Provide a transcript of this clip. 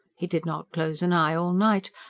he did not close an eye all night,